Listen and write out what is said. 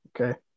okay